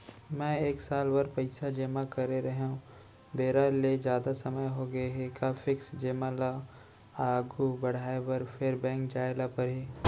मैं एक साल बर पइसा जेमा करे रहेंव, बेरा ले जादा समय होगे हे का फिक्स जेमा ल आगू बढ़ाये बर फेर बैंक जाय ल परहि?